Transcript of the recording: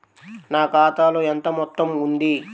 నా ఖాతాలో ఎంత మొత్తం ఉంది?